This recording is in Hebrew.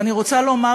ואני רוצה לומר,